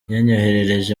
yanyoherereje